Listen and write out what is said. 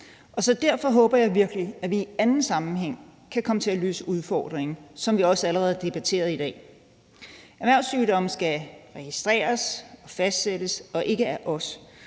Derfor håber jeg virkelig, at vi i anden sammenhæng kan komme til at løse udfordringen, som vi allerede har debatteret det i dag. Erhvervssygdomme skal registreres og fastsættes, men ikke af os.